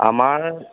আমাৰ